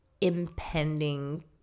impending